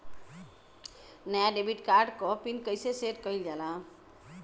नया debit card क PIN कईसे सेट कईल जाला?